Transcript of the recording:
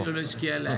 הצבעה לא